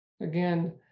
again